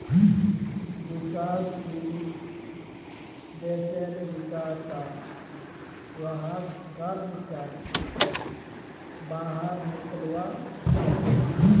विकासशील देशेर विका स वहाक कर्ज स बाहर निकलवा सके छे